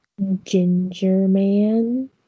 Gingerman